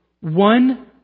one